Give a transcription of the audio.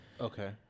Okay